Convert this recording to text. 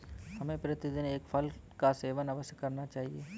हमें प्रतिदिन एक फल का सेवन अवश्य करना चाहिए